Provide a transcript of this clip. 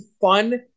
fun